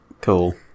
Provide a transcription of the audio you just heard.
cool